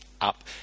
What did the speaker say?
up